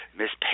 Miss